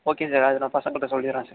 okay sir அது நான் பசங்கள்ட்ட சொல்லிடுறேன் சார்